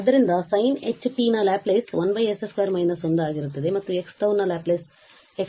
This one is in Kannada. ಆದ್ದರಿಂದ sinh ನ ಲ್ಯಾಪ್ ಪ್ಲೇಸ್ 1 s 2−1 ಆಗಿರುತ್ತದೆ ಮತ್ತು xτ ನ ಲ್ಯಾಪ್ ಪ್ಲೇಸ್ ಅಂದರೆ X ನ ಉತ್ಪನ್ನವಾಗಿರುತ್ತದೆ